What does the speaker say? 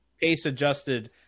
pace-adjusted